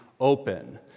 open